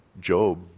Job